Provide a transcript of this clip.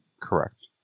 Correct